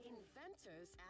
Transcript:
Inventors